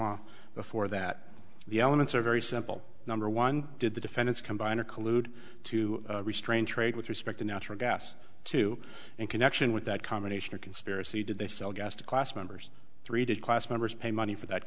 law before that the elements are very simple number one did the defendants combine or collude to restrain trade with respect to natural gas to in connection with that combination or conspiracy did they sell gas to class members three to class members pay money for that